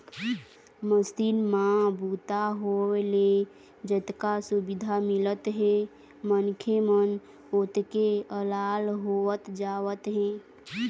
machine म बूता होए ले जतका सुबिधा मिलत हे मनखे मन ओतके अलाल होवत जावत हे